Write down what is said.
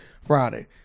Friday